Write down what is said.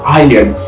iron